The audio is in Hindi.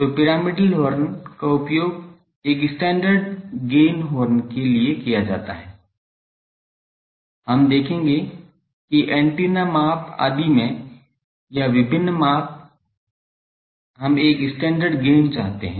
तो पिरामिडल हॉर्न का उपयोग एक स्टैण्डर्ड गेन हॉर्न के लिए किया जाता है हम देखेंगे कि एंटीना माप आदि में या विभिन्न माप हम एक स्टैण्डर्ड गेन चाहते हैं